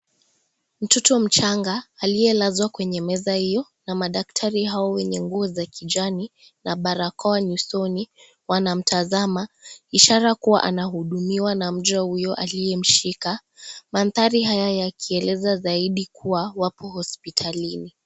Mtoto mchanga aliyelazwa kwenye meza hiyo na madaktari hao wenye nguo za kijani na barakoa nyusoni, wanamtazama ishara kuwa anahudumiwa na mchwa huyu aliyemshika. Mandhari haya yakieleza zaidi kuwa wako hospitalini.